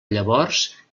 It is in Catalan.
llavors